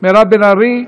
מירב בן ארי?